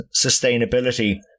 sustainability